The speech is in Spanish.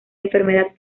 enfermedad